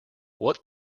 what